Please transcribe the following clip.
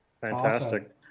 Fantastic